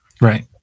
Right